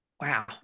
wow